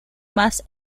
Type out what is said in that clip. más